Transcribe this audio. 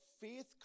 faith